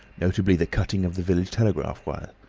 notably the cutting of the village telegraph-wire.